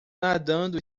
nadando